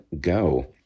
go